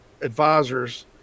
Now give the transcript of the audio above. advisors